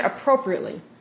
appropriately